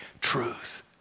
truth